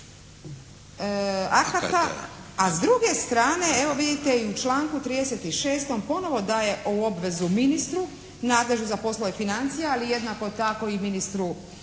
A s druge strane evo vidite i u članku 36. ponovno daje u obvezu ministru nadležnom za poslove financija, ali jednako tako i ministru